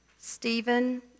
Stephen